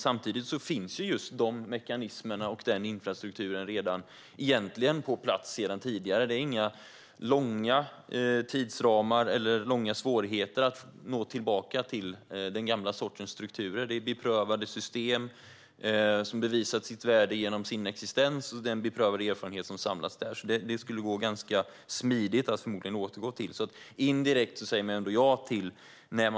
Samtidigt finns just de mekanismerna och den infrastrukturen egentligen redan på plats sedan tidigare. Det krävs inga långa tidsramar och finns inga stora svårigheter när det gäller att nå tillbaka till den gamla sortens strukturer. Det är beprövade system som bevisat sitt värde genom sin existens och den beprövade erfarenhet som samlats där. Det skulle alltså förmodligen gå ganska smidigt att återgå till det.